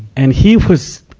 and he was,